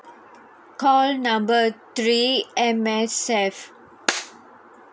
call number three M_S_F